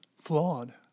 flawed